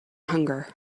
hunger